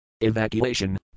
Evacuation